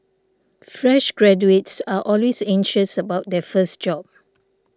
fresh graduates are always anxious about their first job